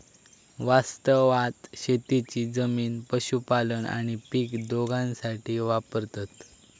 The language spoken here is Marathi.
वास्तवात शेतीची जमीन पशुपालन आणि पीक दोघांसाठी वापरतत